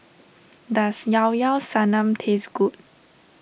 does Llao Llao Sanum taste good